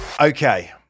Okay